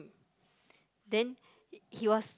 then he was